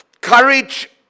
Courage